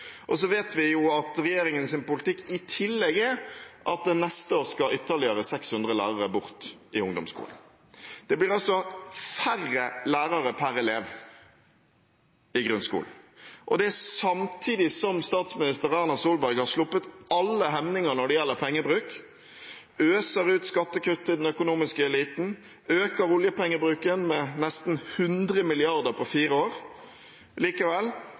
Så vet vi at regjeringens politikk i tillegg er at neste år skal ytterligere 600 lærere bort i ungdomsskolen. Det blir altså færre lærere per elev i grunnskolen, og det samtidig som statsminister Erna Solberg har sluppet alle hemninger når det gjelder pengebruk – øser ut skattekutt til den økonomiske eliten, øker oljepengebruken med nesten 100 mrd. kr på fire år. Likevel